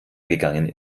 gegangen